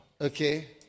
Okay